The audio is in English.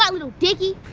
yeah lil dicky.